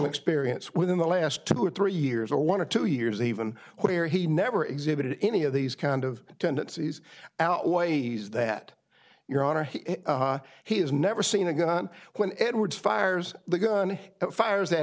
experience within the last two or three years or one or two years even where he never exhibited any of these kind of tendencies outweighs that your honor he has never seen a gun when edwards fires the gun fires at